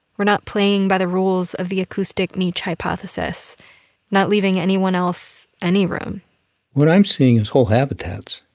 we're not playing by the rules of the acoustic niche hypothesis not leaving anyone else any room what i'm seeing is whole habitats